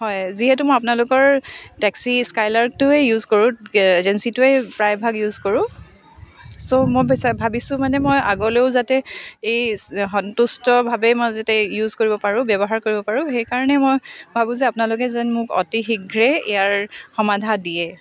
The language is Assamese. হয় যিহেতু মই আপোনালোকৰ টেক্সি স্কাইলাৰ্কটোৱেই ইউজ কৰোঁ এজেঞ্চিটোৱে প্ৰায়ভাগ ইউজ কৰোঁ ছ' মই ভাবিছোঁ যে মই আগলৈও যাতে এই সন্তুষ্টভাৱে মই যাতে ইউজ কৰিব পাৰোঁ ব্যৱহাৰ কৰিব পাৰোঁ সেইকাৰণে মই ভাবোঁ যে আপোনালোকে যেন মোক অতি শীঘ্ৰে ইয়াৰ সমাধা দিয়ে